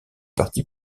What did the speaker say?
parti